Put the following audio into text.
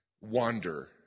wander